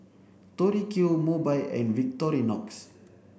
Tori Q Mobike and Victorinox